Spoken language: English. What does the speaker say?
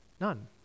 None